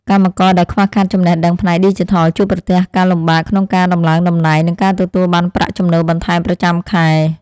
កម្មករដែលខ្វះខាតចំណេះដឹងផ្នែកឌីជីថលជួបប្រទះការលំបាកក្នុងការដំឡើងតំណែង និងការទទួលបានប្រាក់ចំណូលបន្ថែមប្រចាំខែ។